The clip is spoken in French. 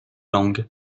langue